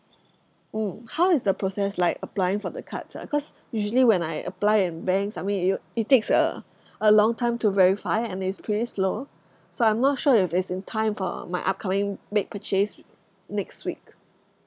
mm how is the process like applying for the cards ah cause usually when I apply in banks I mean it will it takes uh a long time to verify and it's pretty slow so I'm not sure if it's in time for my upcoming big purchase next week